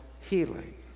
healing